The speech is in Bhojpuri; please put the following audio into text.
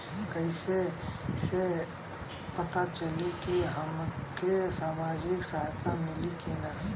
कइसे से पता चली की हमके सामाजिक सहायता मिली की ना?